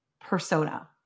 persona